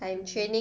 mm